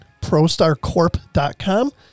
ProstarCorp.com